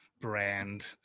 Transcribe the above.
brand